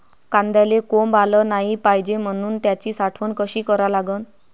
कांद्याले कोंब आलं नाई पायजे म्हनून त्याची साठवन कशी करा लागन?